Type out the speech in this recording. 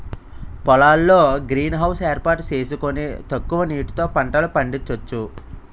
పొలాల్లో green house ఏర్పాటు సేసుకొని తక్కువ నీటితో పంటలు పండించొచ్చు